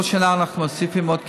כל שנה אנחנו מוסיפים עוד כיתה.